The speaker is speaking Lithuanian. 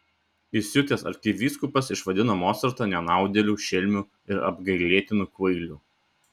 įsiutęs arkivyskupas išvadino mocartą nenaudėliu šelmiu ir apgailėtinu kvailiu